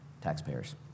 taxpayers